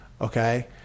okay